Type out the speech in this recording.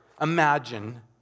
imagine